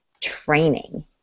training